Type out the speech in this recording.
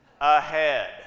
ahead